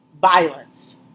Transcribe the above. violence